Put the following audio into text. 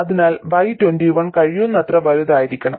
അതിനാൽ y21 കഴിയുന്നത്ര വലുതായിരിക്കണം